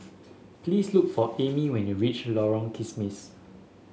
please look for Amie when you reach Lorong Kismis